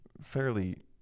fairly